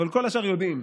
אבל כל השאר יודעים.